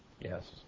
Yes